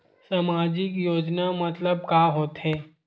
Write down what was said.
सामजिक योजना मतलब का होथे?